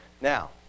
Now